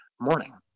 morning